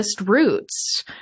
roots